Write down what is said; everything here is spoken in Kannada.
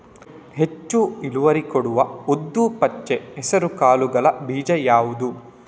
ಹೆಚ್ಚು ಇಳುವರಿ ಕೊಡುವ ಉದ್ದು, ಪಚ್ಚೆ ಹೆಸರು ಕಾಳುಗಳ ಬೀಜ ಯಾವುದು?